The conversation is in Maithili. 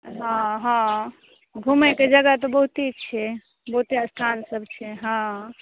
हँ हँ घुमैके जगह तऽ बहुते छै बहुते स्थान सब छै हाँ